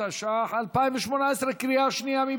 התשע"ח 2018, בקריאה שנייה.